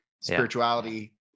spirituality